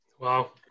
Wow